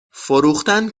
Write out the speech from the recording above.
فروختن